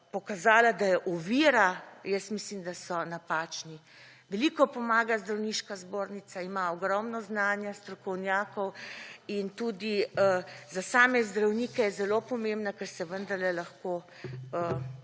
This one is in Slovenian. pokazala, da je ovira jaz mislim, da so napačni. Veliko pomaga zdravniška zbornica, ima ogromno znanja, strokovnjakov in tudi za same zdravnike je zelo pomembna, ker se vendarle lahko